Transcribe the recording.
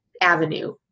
avenue